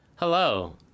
Hello